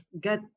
get